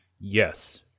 Yes